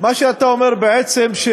מה שאתה אומר בעצם זה